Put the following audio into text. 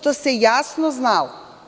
To se jasno znalo.